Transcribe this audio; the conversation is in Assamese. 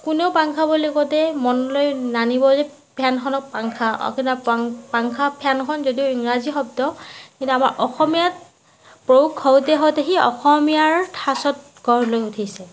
কোনেও পাংখা বুলি কওঁতে মনলৈ নানিব ফেনখনক পাংখা পাংখা ফেনখন যদিও ইংৰাজী শব্দ কিন্তু আমাৰ অসমীয়াত প্ৰয়োগ হওতে হওতে সি অসমীয়াৰ ঠাচত গঢ় লৈ উঠিছে